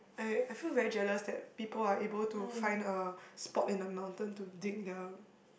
I I feel very jealous that people are able to find a spot in the mountain to dig their